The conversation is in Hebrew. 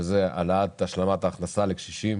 שזה העלאת השלמת ההכנסה לקשישים